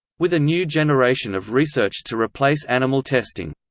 with a new generation of research to replace animal testing.